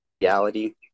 reality